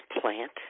plant